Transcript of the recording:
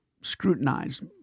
scrutinized